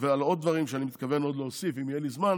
ועל עוד דברים שאני מתכוון עוד להוסיף אם יהיה לי זמן,